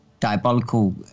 Diabolical